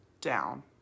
down